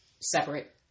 Separate